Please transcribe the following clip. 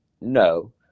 No